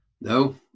No